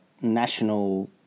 national